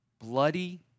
Bloody